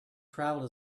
travel